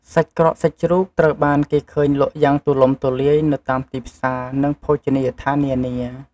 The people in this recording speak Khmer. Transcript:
សាច់ក្រកសាច់ជ្រូកត្រូវបាន គេឃើញលក់យ៉ាងទូលំទូលាយនៅតាមទីផ្សារ និងភោជនីយដ្ឋាននានា។